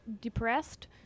depressed